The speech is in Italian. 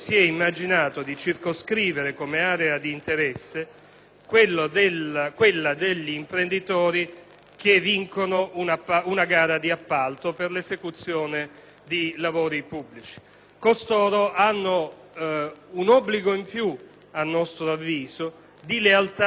quella degli imprenditori che vincono una gara di appalto per l'esecuzione di lavori pubblici. Costoro hanno un obbligo in più, a nostro avviso, di lealtà nei confronti dello Stato e delle istituzioni.